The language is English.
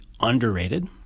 underrated